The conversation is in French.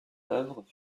œuvres